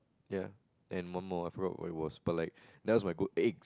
ya and one more I forgot what it was but like that was my good egg